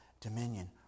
dominion